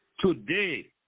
Today